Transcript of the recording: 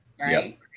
right